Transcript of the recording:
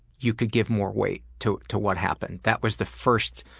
you could give more weight to to what happened. that was the first